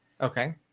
Okay